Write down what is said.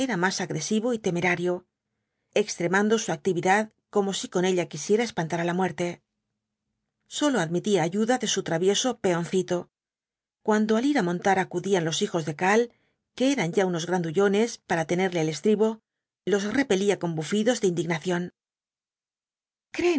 más agresivo y temerario extremando su actividad como si con ella quisiera espantar á la muerte sólo admitía ayuda de su travieso peoncito cuando al ir á montar acudían los hijos de karl que eran ya unos grandullones para tenerle el estribo los repelía con bufidos de indignación